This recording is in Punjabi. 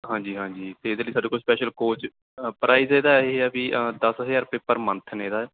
ਹਾਂਜੀ ਹਾਂਜੀ ਅਤੇ ਇਹਦੇ ਲਈ ਸਾਡੇ ਕੋਲ ਸਪੈਸ਼ਲ ਕੋਚ ਪ੍ਰਾਈਜ ਇਹਦਾ ਇਹ ਆ ਵੀ ਦਸ ਹਜ਼ਾਰ ਰੁਪਏ ਪਰ ਮੰਥ ਨੇ ਇਹਦਾ